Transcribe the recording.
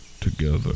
Together